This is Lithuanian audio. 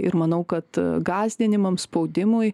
ir manau kad gąsdinimams spaudimui